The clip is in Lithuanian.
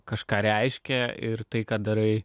kažką reiškia ir tai ką darai